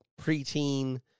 preteen